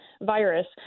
virus